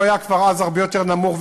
הוא היה כבר אז הרבה יותר נמוך,